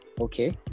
Okay